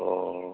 অঁ